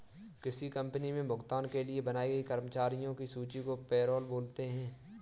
किसी कंपनी मे भुगतान के लिए बनाई गई कर्मचारियों की सूची को पैरोल बोलते हैं